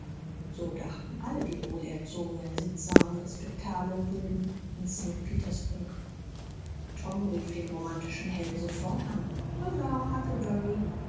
so dachten alle die wohlerzogenen sittsamen respektablen buben in st petersburg tom rief den romantischen helden sofort an holla